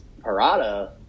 Parada